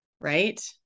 right